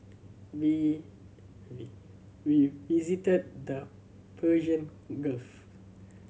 we we visited the Persian Gulf